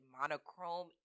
monochrome